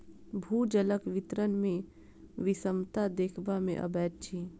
भूजलक वितरण मे विषमता देखबा मे अबैत अछि